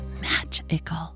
magical